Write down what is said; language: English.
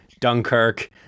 Dunkirk